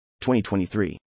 2023